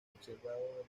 observado